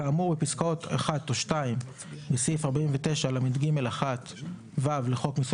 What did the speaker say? כאמור בפסקאות 1 או 2 בסעיף 49לג1(ו) לחוק מיסוי